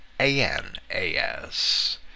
A-N-A-S